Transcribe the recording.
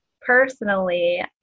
personally